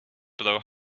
blow